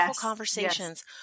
conversations